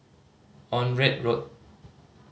Onraet Road